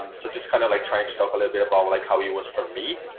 um so just kind of like trying to talk a little bit about like how it was for me.